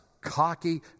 cocky